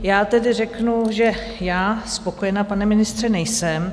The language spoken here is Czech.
Já tedy řeknu, že já spokojena, pane ministře, nejsem.